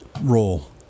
role